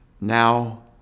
now